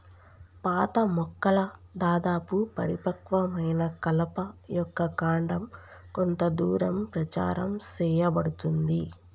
పాత మొక్కల దాదాపు పరిపక్వమైన కలప యొక్క కాండం కొంత దూరం ప్రచారం సేయబడుతుంది